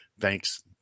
Thanks